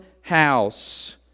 house